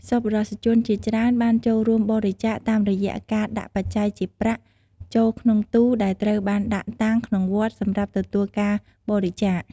សប្បុរសជនជាច្រើនបានចូលរួមបរិច្ចាគតាមរយៈការដាក់បច្ច័យជាប្រាក់ ចូលក្នុងទូរដែលត្រូវបានដាក់តាំងក្នុងវត្តសម្រាប់ទទួលការបរិច្ចាគ។